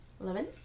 Eleven